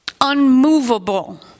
Unmovable